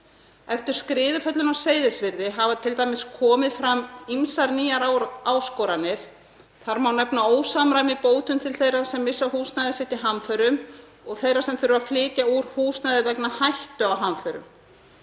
Eftir skriðuföllin á Seyðisfirði hafa t.d. komið fram ýmsar nýjar áskoranir. Þar má nefna ósamræmi í bótum til þeirra sem missa húsnæði sitt í hamförum og þeirra sem þurfa að flytja úr húsnæði vegna hættu á hamförum,